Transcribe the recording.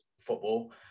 football